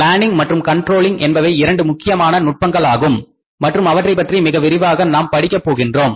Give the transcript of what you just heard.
planning மற்றும் controlling என்பவை இரண்டு முக்கியமான நுட்பங்கள் ஆகும் மற்றும் அவற்றை பற்றி மிக விரிவாக நாம் படிக்க போகின்றோம்